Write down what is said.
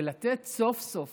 ושסוף-סוף